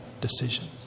decision